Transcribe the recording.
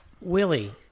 willie